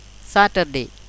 Saturday